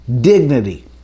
dignity